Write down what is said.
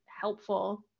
helpful